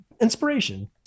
inspiration